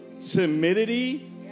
timidity